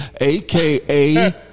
AKA